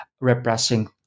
repressing